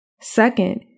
Second